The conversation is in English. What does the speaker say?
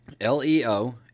L-E-O